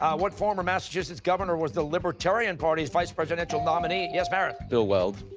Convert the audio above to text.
ah what former massachusetts governor was the libertarian party's vice-presidential nominee? yes, paris? bill weld.